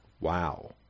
Wow